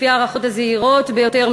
לפי ההערכות הזהירות ביותר,